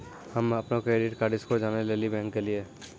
हम्म अपनो credit card score जानै लेली बैंक गेलियै